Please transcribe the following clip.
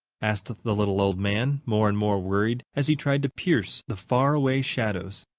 asked the little old man, more and more worried as he tried to pierce the faraway shadows.